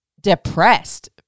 depressed